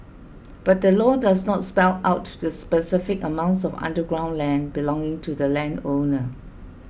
but the law does not spell out to the specific amounts of underground land belonging to the landowner